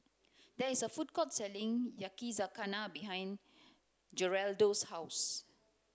there is a food court selling Yakizakana behind Geraldo's house